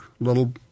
little